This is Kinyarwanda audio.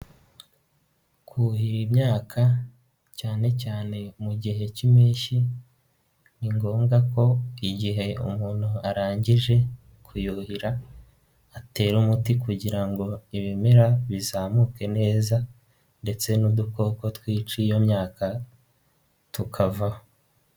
Kuhira imyaka cyane cyane mu gihe cy'impeshyi, ni ngombwa ko igihe umuntu arangije kuyuhira atera umuti kugira ngo ibimera bizamuke neza ndetse n'udukoko twici iyo myaka tukavaho.